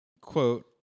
quote